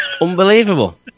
Unbelievable